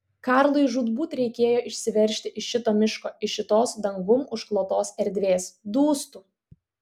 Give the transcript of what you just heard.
karlui žūtbūt reikėjo išsiveržti iš šito miško iš šitos dangum užklotos erdvės dūstu